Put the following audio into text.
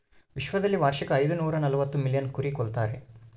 ವಿಶ್ವದಲ್ಲಿ ವಾರ್ಷಿಕ ಐದುನೂರನಲವತ್ತು ಮಿಲಿಯನ್ ಕುರಿ ಕೊಲ್ತಾರೆ